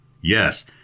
Yes